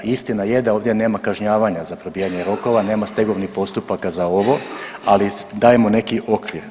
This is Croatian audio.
Sa, istina je da ovdje nema kažnjavanja za probijanje rokova, nema stegovnih postupaka za ovo, ali dajemo neki okvir.